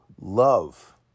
love